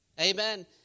Amen